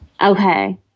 Okay